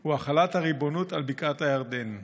הוא החלת הריבונות על בקעת הירדן.